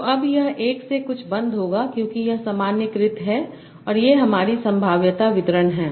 तो अब यह 1 से कुछ बंद होगा क्योंकि यह सामान्यीकृत है और ये हमारी संभाव्यता वितरण हैं